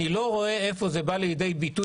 אני לא רואה איפה זה בא לידי ביטוי.